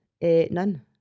None